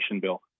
bill